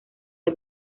del